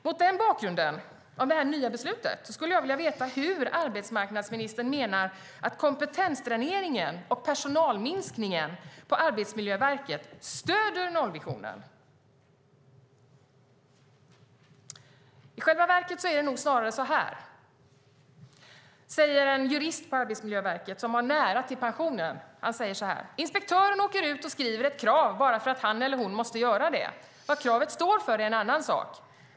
Mot bakgrund av detta nya beslut skulle jag vilja veta hur arbetsmarknadsministern menar att kompetensdräneringen och personalminskningen på Arbetsmiljöverket stöder nollvisionen. I själva verket är det nog snarare som en jurist på Arbetsmiljöverket, som har nära till pensionen, säger: Inspektören åker ut och skriver ett krav bara för att han eller hon måste göra det. Vad kravet står för är en annan sak.